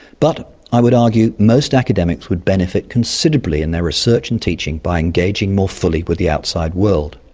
but, i would argue, most academics would benefit considerably in their research and teaching by engaging more fully with the outside world.